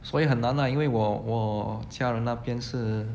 所以很难 lah 因为我我家人那边是